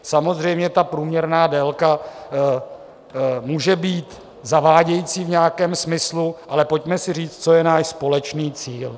Samozřejmě ta průměrná délka může být zavádějící v nějakém smyslu, ale pojďme si říct, co je náš společný cíl.